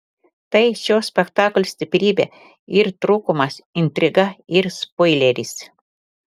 tai šio spektaklio stiprybė ir trūkumas intriga ir spoileris